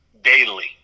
daily